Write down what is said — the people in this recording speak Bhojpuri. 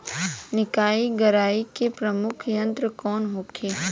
निकाई गुराई के प्रमुख यंत्र कौन होखे?